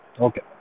Okay